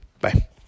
Bye